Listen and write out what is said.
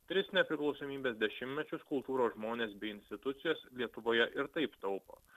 tris nepriklausomybės dešimtmečius kultūros žmonės bei institucijos lietuvoje ir taip taupo